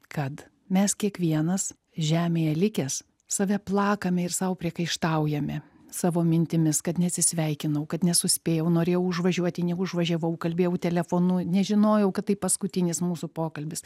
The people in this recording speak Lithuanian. kad mes kiekvienas žemėje likęs save plakame ir sau priekaištaujame savo mintimis kad neatsisveikinau kad nesuspėjau norėjau užvažiuoti neužvažiavau kalbėjau telefonu nežinojau kad tai paskutinis mūsų pokalbis